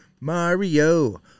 Mario